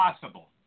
possible